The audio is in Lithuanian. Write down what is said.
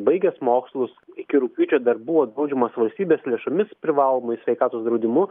baigęs mokslus iki rugpjūčio dar buvo draudžiamas valstybės lėšomis privalomuoju sveikatos draudimu